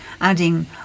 adding